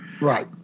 Right